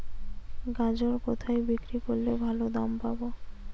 গাজর কোথায় বিক্রি করলে ভালো দাম পাব?